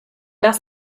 das